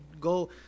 go